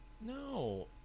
No